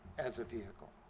as a vehicle.